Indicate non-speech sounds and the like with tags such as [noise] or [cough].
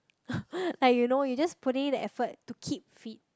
[laughs] like you know you just putting in the effort to keep fit